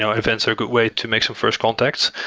so events are a good way to make some first contacts.